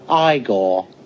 Igor